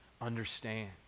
Understand